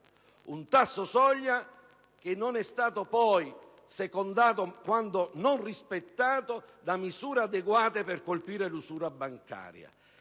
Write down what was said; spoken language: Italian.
il tasso soglia, un tasso mai secondato, quando non rispettato, da misure adeguate per colpire l'usura bancaria.